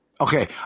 okay